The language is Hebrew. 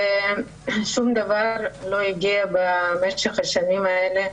ושום דבר לא הגיע במשך השנים האלה,